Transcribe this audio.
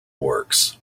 works